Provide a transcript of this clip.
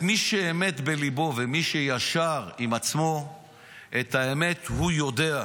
מי שאמת בליבו ומי שישר עם עצמו את האמת הוא יודע,